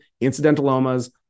incidentalomas